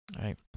Right